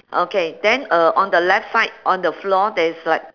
okay then uh on the left side on the floor there is like